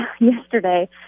yesterday